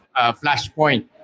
flashpoint